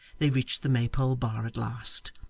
they reached the maypole bar at last,